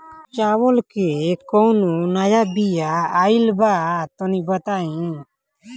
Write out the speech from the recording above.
चावल के कउनो नया बिया आइल बा तनि बताइ?